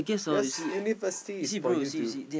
cause university is for you to